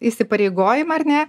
įsipareigojimą ar ne